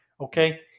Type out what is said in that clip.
Okay